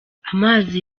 amazi